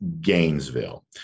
gainesville